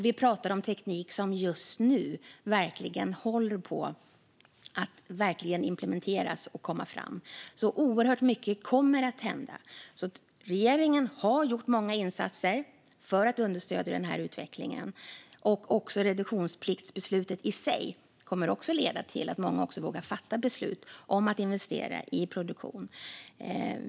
Vi pratar om teknik som just nu verkligen håller på att implementeras och komma fram. Oerhört mycket kommer att hända. Regeringen har gjort många insatser för att understödja den här utvecklingen, och reduktionspliktsbeslutet i sig kommer att leda till att många också vågar fatta beslut om att investera i produktion.